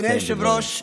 אדוני היושב-ראש,